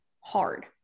hard